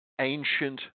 ancient